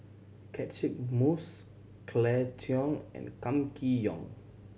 Catchick Moses Claire Chiang and Kam Kee Yong